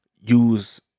use